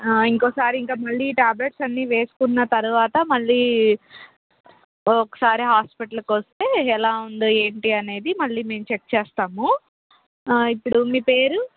ఇంకోసారి ఇంకా మళ్ళీ ఈ టాబ్లెట్స్ అన్నీ వేసుకున్న తర్వాత మళ్ళీ ఒకసారి హాస్పిటల్కి వస్తే ఎలా ఉంది ఏంటి అనేది మళ్ళీ మేము చెక్ చేస్తాము ఇప్పుడు మీ పేరు